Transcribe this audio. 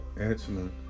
Excellent